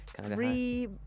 three